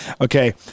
okay